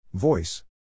Voice